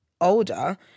older